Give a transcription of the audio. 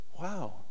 wow